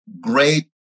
great